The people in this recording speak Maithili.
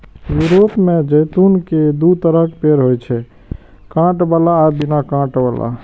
यूरोप मे जैतून के दू तरहक पेड़ होइ छै, कांट बला आ बिना कांट बला